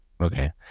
Okay